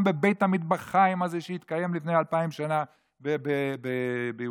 בבית המטבחיים הזה שהתקיים לפני אלפיים שנה בירושלים,